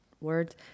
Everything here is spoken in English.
words